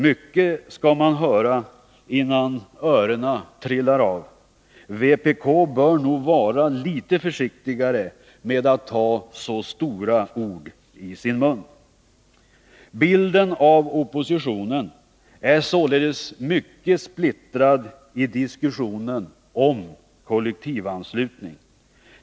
Mycket skall man höra innan öronen trillar av. Vpk bör vara litet försiktigare med att ta så stora ord i sin mun. Bilden av oppositionen är således mycket splittrad i diskussionen om kollektivanslutning.